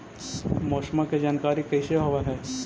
मौसमा के जानकारी कैसे होब है?